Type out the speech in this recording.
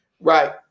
Right